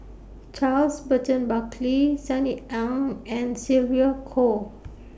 Charles Burton Buckley Sunny Ang and Sylvia Kho